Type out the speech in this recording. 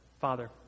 Father